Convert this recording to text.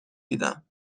دیدم